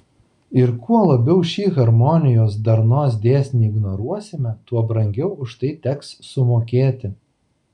ir kuo labiau šį harmonijos darnos dėsnį ignoruosime tuo brangiau už tai teks sumokėti